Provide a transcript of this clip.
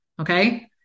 okay